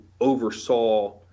oversaw